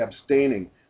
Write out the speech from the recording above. abstaining